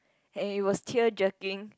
and it was tear jerking